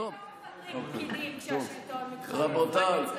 אצלנו לא מפטרים פקידים כשהשלטון מתחלף, רק אצלכם.